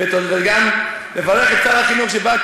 וגם לברך את שר החינוך שבא,